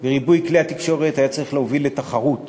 וריבוי כלי התקשורת היה צריך להוביל לתחרות,